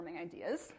ideas